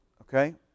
Okay